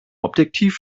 objektiv